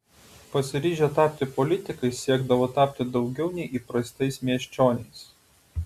pasiryžę tapti politikais siekdavo tapti daugiau nei įprastais miesčioniais